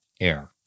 air